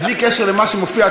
ובלי קשר למה שמופיע,